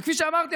וכפי שאמרתי,